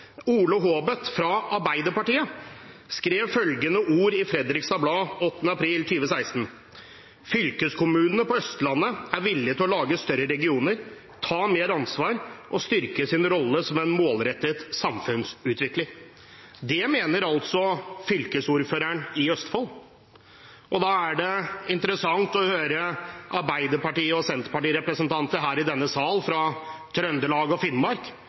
Ole Haabeth fra Arbeiderpartiet, skrev følgende ord i leserbrev i flere aviser i april 2016: «Fylkeskommunene på Østlandet er villige til å lage større regioner, ta mer ansvar og styrke sin rolle som en målrettet samfunnsutvikler.» Det mener altså fylkesordføreren i Østfold, og da er det interessant å høre Arbeiderpartiets og Senterpartiets representanter her i denne sal fra Trøndelag og Finnmark,